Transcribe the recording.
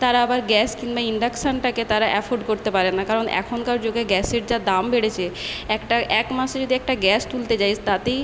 তারা আবার গ্যাস কিংবা ইন্ডাকশানটাকে তারা এফর্ড করতে পারে না কারণ এখনকার যুগে গ্যাসের যা দাম বেড়েছে একটা এক মাসে যদি একটা গ্যাস তুলতে যাই তাতেই